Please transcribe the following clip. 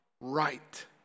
right